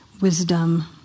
wisdom